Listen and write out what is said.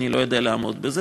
אני לא יודע לעמוד בזה.